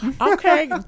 okay